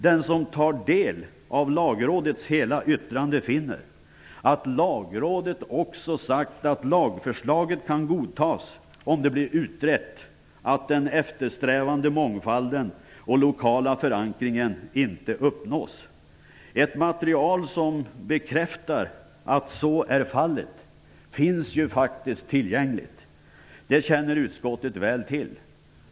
Den som tar del av Lagrådets hela yttrande finner att Lagrådet också sagt att lagförslaget kan godtas om det blir utrett att den eftersträvade mångfalden och den lokala förankringen inte uppnås. Ett material som bekräftar att så är fallet finns faktiskt tillgängligt. Det känner utskottet väl till.